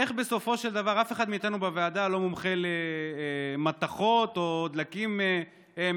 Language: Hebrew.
בסופו של דבר אף אחד מאיתנו בוועדה לא מומחה למתכות או לדלקים מסוימים,